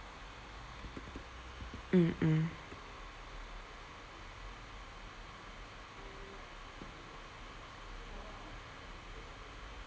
mm mm